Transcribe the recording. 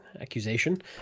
accusation